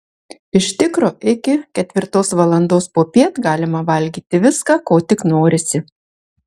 iš tikro iki ketvirtos valandos popiet galima valgyti viską ko tik norisi